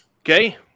Okay